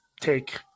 take –